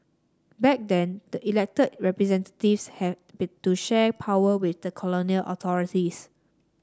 back then the elected representatives have been to share power with the colonial authorities